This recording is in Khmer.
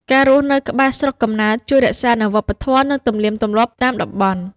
ការរស់នៅក្បែរស្រុកកំណើតជួយរក្សានូវវប្បធម៌ និងទំនៀមទម្លាប់តាមតំបន់។